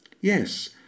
Yes